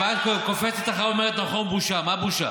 הוא לא צריך